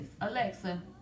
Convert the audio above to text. Alexa